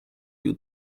you